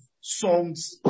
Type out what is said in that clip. songs